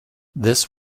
this